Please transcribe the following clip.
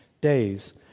days